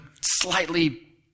slightly